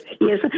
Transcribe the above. yes